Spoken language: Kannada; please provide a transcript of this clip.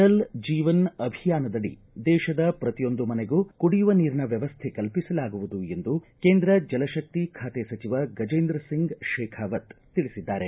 ಜಲ ಜೀವನ ಅಭಿಯಾನದಡಿ ದೇಶದ ಪ್ರತಿಯೊಂದು ಮನೆಗೂ ಕುಡಿಯುವ ನೀರಿನ ವ್ವವಸ್ಥೆ ಕಲ್ಪಿಸಲಾಗುವುದು ಎಂದು ಕೇಂದ್ರ ಜಲಶಕ್ತಿ ಖಾತೆ ಸಚಿವ ಗಜೇಂದ್ರ ಸಿಂಗ್ ಶೇಖಾವತ್ ತಿಳಿಸಿದ್ದಾರೆ